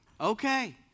Okay